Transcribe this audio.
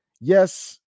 yes